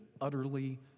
utterly